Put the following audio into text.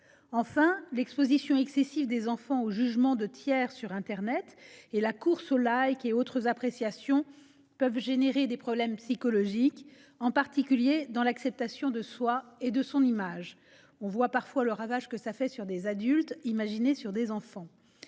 Enfin, l'exposition excessive des enfants au jugement de tiers sur internet et la course aux et autres appréciations peuvent engendrer des problèmes psychologiques, en particulier dans l'acceptation de soi et de son image. Nous voyons parfois les ravages de ce phénomène sur des adultes, alors imaginez sur des enfants